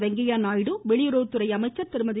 வெங்கையா நாயுடு வெளியுறவுத்துறை அமைச்சர் திருமதி